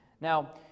Now